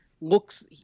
looks